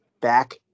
back